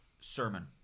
sermon